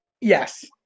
Yes